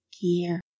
gear